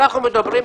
אנחנו מדברים,